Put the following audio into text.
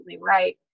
right